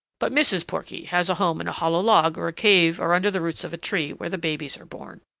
but mrs. porky has a home in a hollow log or a cave or under the roots of a tree where the babies are born.